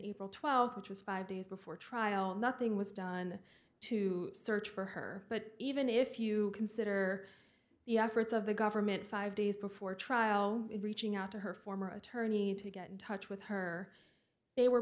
april twelfth which was five days before trial nothing was done to search for her but even if you consider the efforts of the government five days before trial reaching out to her former attorney to get in touch with her they were